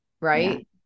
right